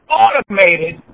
automated